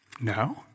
No